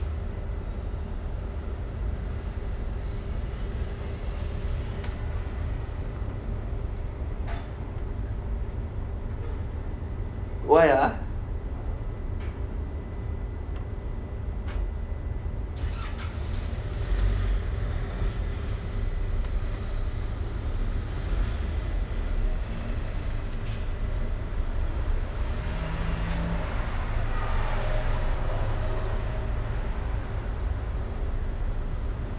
why ah